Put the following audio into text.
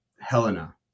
Helena